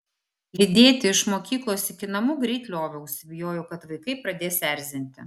lydėti iš mokyklos iki namų greit lioviausi bijojau kad vaikai pradės erzinti